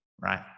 right